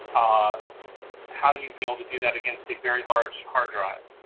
ah how do you be able to do that against a very large hard drive?